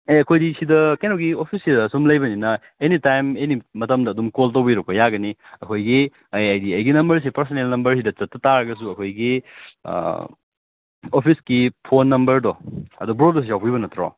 ꯑꯦ ꯑꯩꯈꯣꯏꯗꯤ ꯁꯤꯗ ꯀꯩꯅꯣꯒꯤ ꯑꯣꯐꯤꯁꯁꯤꯗ ꯁꯨꯝ ꯂꯩꯕꯅꯤꯅ ꯑꯦꯅꯤ ꯇꯥꯏꯝ ꯑꯦꯅꯤ ꯃꯇꯝꯗ ꯑꯗꯨꯝ ꯀꯣꯜ ꯇꯧꯕꯤꯔꯛꯄ ꯌꯥꯒꯅꯤ ꯑꯩꯈꯣꯏꯒꯤ ꯑꯩ ꯍꯥꯏꯗꯤ ꯑꯩꯒꯤ ꯅꯝꯕꯔꯁꯦ ꯄꯥꯔꯁꯅꯦꯜ ꯅꯝꯕꯔꯁꯤꯗ ꯆꯠꯇ ꯇꯥꯔꯒꯁꯨ ꯑꯩꯈꯣꯏꯒꯤ ꯑꯣꯐꯤꯁꯀꯤ ꯐꯣꯟ ꯅꯝꯕꯔꯗꯣ ꯑꯗꯨ ꯕ꯭ꯔꯣꯗꯁꯨ ꯌꯥꯎꯕꯤꯕ ꯅꯠꯇ꯭ꯔꯣ